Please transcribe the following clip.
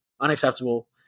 Unacceptable